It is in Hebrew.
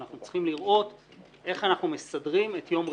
אנחנו צריכים לראות איך אנחנו מסדרים את יום רביעי.